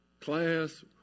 class